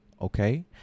Okay